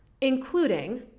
including